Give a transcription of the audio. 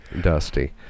dusty